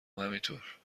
همینطور